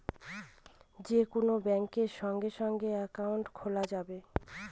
যে কোন ব্যাঙ্কে সঙ্গে সঙ্গে একাউন্ট খোলা যাবে